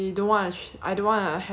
oh ya you know what I just read